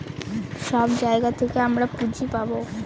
সব জায়গা থেকে আমরা পুঁজি পাবো